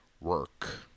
work